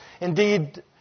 Indeed